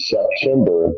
September